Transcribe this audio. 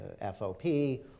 FOP